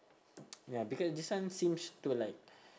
ya because this one seems to like